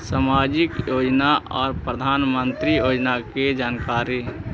समाजिक योजना और प्रधानमंत्री योजना की जानकारी?